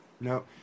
No